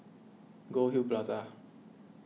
Goldhill Plaza